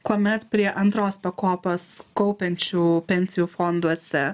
kuomet prie antros pakopos kaupiančių pensijų fonduose